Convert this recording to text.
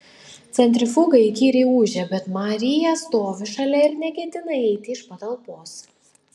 centrifuga įkyriai ūžia bet marija stovi šalia ir neketina eiti iš patalpos